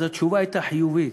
אז התשובה הייתה חיובית,